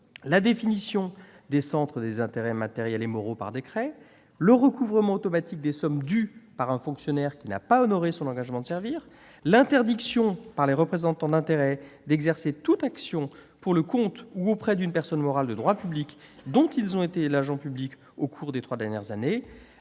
la définition des centres des intérêts matériels et moraux par décret ; le recouvrement automatique des sommes dues par un fonctionnaire qui n'a pas honoré son engagement de servir ; l'interdiction par les représentants d'intérêts d'exercer toute action pour le compte ou auprès d'une personne morale de droit public, dont ils ont été l'agent public au cours des trois dernières années